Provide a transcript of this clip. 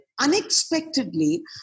unexpectedly